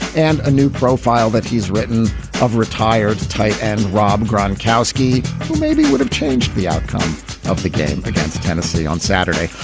and a new profile that he's written of retired tight end rob gronkowski, who maybe would have changed the outcome of the game against tennessee on saturday.